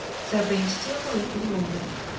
there being still a little room left,